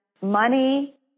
money